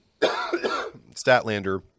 Statlander